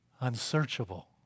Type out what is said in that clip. Unsearchable